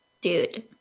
Dude